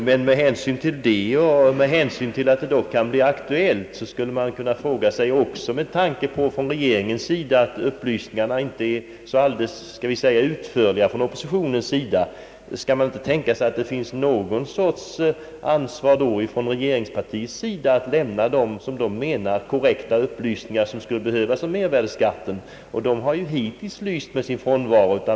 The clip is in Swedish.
Men med hänsyn till detta och till att denna skatt dock kan bli aktuell kan man inom oppositionen, eftersom upplysningarna från regeringshåll inte är särskilt utförliga, undra om ändå inte regeringspartiet borde känna något ansvar för att korrekta upplysningar lämnas om mervärdeskatten. Sådana uppgifter har ju hittills lyst med sin frånvaro.